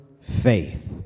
faith